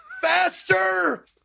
faster